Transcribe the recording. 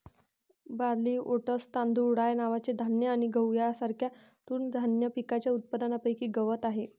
barley, oats, तांदूळ, rye नावाचे धान्य आणि गहू यांसारख्या तृणधान्य पिकांच्या उत्पादनापैकी गवत आहे